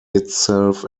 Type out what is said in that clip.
itself